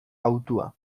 hautua